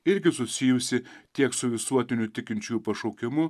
irgi susijusi tiek su visuotiniu tikinčiųjų pašaukimu